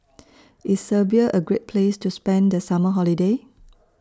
IS Serbia A Great Place to spend The Summer Holiday